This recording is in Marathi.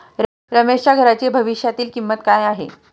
रमेशच्या घराची भविष्यातील किंमत काय आहे?